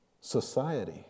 society